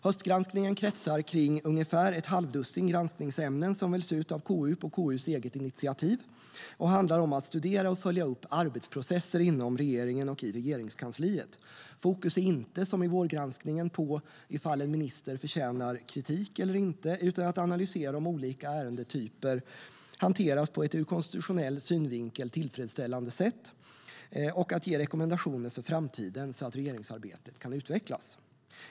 Höstgranskningen kretsar kring ungefär ett halvt dussin granskningsämnen som väljs ut av KU på KU:s eget initiativ och handlar om att studera och följa upp arbetsprocesser inom regeringen och i Regeringskansliet. Fokus ligger inte på om en minister förtjänar kritik eller inte, som i vårgranskningen, utan på att analysera om olika ärendetyper hanteras på ett ur konstitutionell synvinkel tillfredsställande sätt och på att ge rekommendationer för framtiden så att regeringsarbetet kan utvecklas.